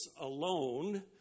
alone